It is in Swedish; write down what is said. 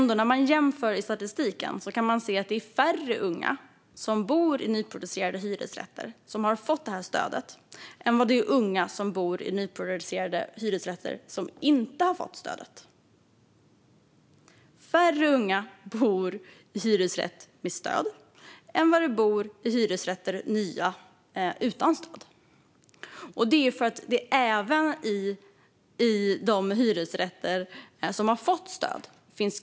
Det är alltså färre unga som bor i hyresrätt med stöd än unga som bor i nya hyresrätter utan stöd. Det här beror på att det finns ett kösystem även till de hyresrätter som har fått stöd.